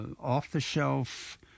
off-the-shelf